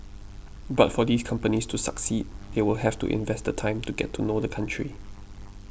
but for these companies to succeed they will have to invest the time to get to know the country